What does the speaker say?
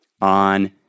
on